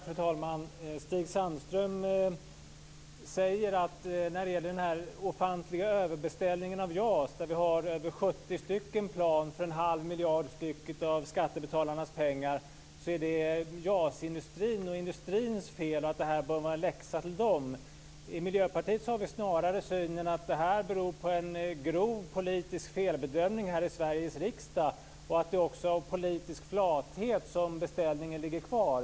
Fru talman! Stig Sandström säger när det gäller den ofantliga överbeställningen av JAS, över 70 plan för en halv miljard per styck av skattebetalarnas pengar, att det är JAS-industrins fel, att det bör vara en läxa till dem. I Miljöpartiet har vi snarare synen att det här beror på en grov politisk felbedömning i Sveriges riksdag och att det också är av politisk flathet som beställningen ligger kvar.